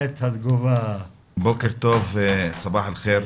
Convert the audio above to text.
בוקר טוב, סבאח אל ח'יר.